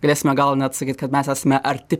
galėsime gal net sakyt kad mes esme arti